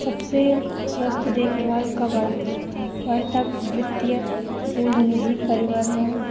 सबसे स्वस्थ देखभाल का बढ़ा बढ़ता वित्तीय बोझ निजी परिवारों